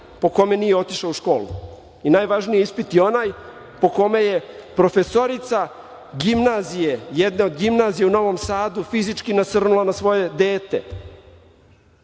po kome nije otišao u školu. I najvažniji je ispit onaj po kome je profesorica jedne od gimnazija u Novom Sadu fizički nasrnula na svoje dete,